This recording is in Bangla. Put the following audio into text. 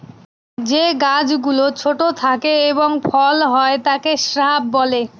যে গাছ গুলো ছোট থাকে এবং ফল হয় তাকে শ্রাব বলে